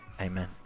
amen